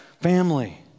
family